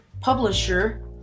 publisher